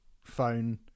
phone